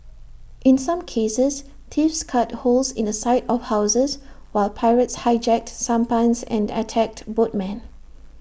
in some cases thieves cut holes in the side of houses while pirates hijacked sampans and attacked boatmen